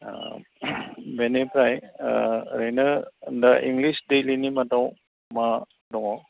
ओ बेनिफ्राय ओ ओरैनो इंलिस दैलिनि मादाव मा दङ